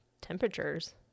temperatures